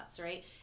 right